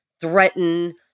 threaten